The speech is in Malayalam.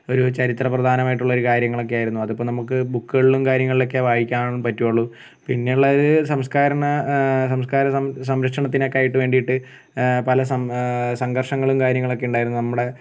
ഒരു ചരിത്ര പ്രധാനമായിട്ടുള്ള ഒരു കാര്യങ്ങളൊക്കെ ആയിരുന്നു അത് ഇപ്പം നമുക്ക് ബുക്കുകളിലും കാര്യങ്ങളിലൊക്കെ വായിക്കാൻ പറ്റുള്ളൂ പിന്നെ ഉള്ളത് സംസ്കാരണ സംസ്കാര സം സംരക്ഷണത്തിനൊക്കെ ആയിട്ട് വേണ്ടിയിട്ട് പല സം സംഘർഷങ്ങളും കാര്യങ്ങളൊക്കെ ഉണ്ടായിരുന്നു നമ്മുടെ